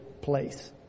place